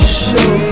show